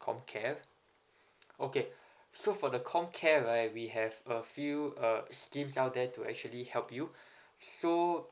comcare okay so for the comcare right we have a few uh schemes out there to actually help you so